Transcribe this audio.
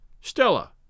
Stella